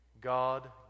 God